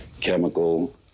chemical